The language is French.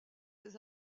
ses